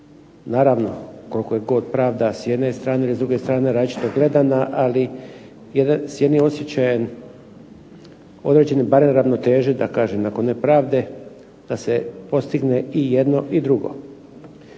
naravno koliko je god pravda s jedne strane, s druge strane rajčica gledana, ali s jednim osjećajem barem ravnoteže da kažem, ako ne pravde, da se postigne i jedno i drugo.